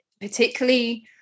particularly